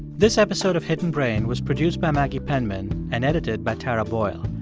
this episode of hidden brain was produced by maggie penman and edited by tara boyle.